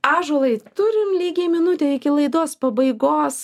ąžuolai turim lygiai minutę iki laidos pabaigos